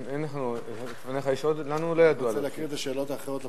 את השאלות האחרות לפרוטוקול?